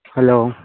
hello